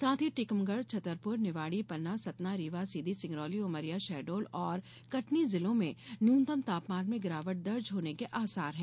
साथ ही टीकमगढ़ छतरपुर निवाड़ी पन्ना सतना रीवा सीधी सिंगरौली उमरिया शहडोल और कटनी जिलों में न्यूनतम तापमान में गिरावट दर्ज होने के आसार हैं